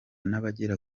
n’abagera